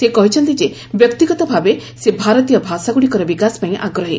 ସେ କହିଛନ୍ତି ଯେ ବ୍ୟକ୍ତିଗତ ଭାବେ ସେ ଭାରତୀୟ ଭାଷାଗୁଡ଼ିକର ବିକାଶ ପାଇଁ ଆଗ୍ରହୀ